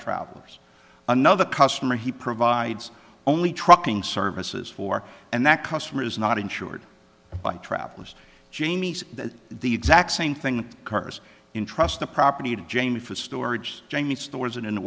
travelers another customer he provides only trucking services for and that customer is not insured by travelers jaymes that the exact same thing cars intrust the property to jamie for storage jamie stores it in a